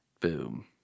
Boom